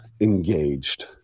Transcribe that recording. engaged